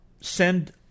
send